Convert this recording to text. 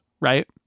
right